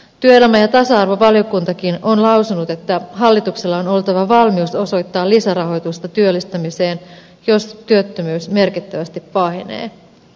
työelämä ja tasa arvovaliokuntakin on lausunut että hallituksella on oltava valmius osoittaa lisärahoitusta työllistämiseen jos työttömyys merkittävästi pahenee